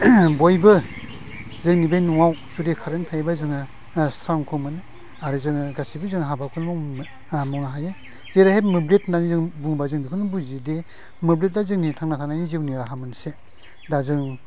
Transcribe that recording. बयबो जोंनि बे न'आव जुदि कारेन्ट थायोबा जोङो स्रांखौ मोनो आरो जोङो गासैबो जोङो हाबाखौनो मावोमोन मावनो हायो जेरैहाय मोब्लिब होननानै जों बुंबा बेखौनो बुजिय दि मोब्लिबआ जोंनि थांना थानायनि जिउनि राहा मोनसे दा जों